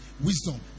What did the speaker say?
Wisdom